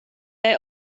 they